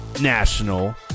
national